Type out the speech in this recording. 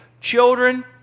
children